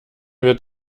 wird